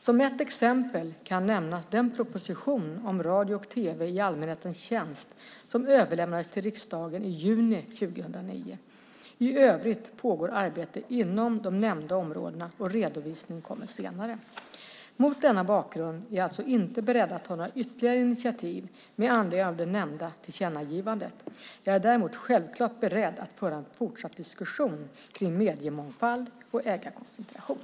Som ett exempel kan nämnas den proposition om radio och tv i allmänhetens tjänst som överlämnades till riksdagen i juni 2009. I övrigt pågår arbete inom de nämnda områdena och redovisning kommer senare. Mot denna bakgrund är jag alltså inte beredd att ta några ytterligare initiativ med anledning av det nämnda tillkännagivandet. Jag är däremot självklart beredd att föra en fortsatt diskussion kring mediemångfald och ägarkoncentration.